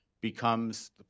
becomes